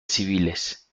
civiles